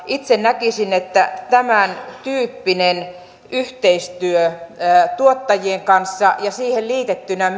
itse näkisin että tämäntyyppinen yhteistyö tuottajien kanssa ja siihen liitettynä